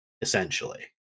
essentially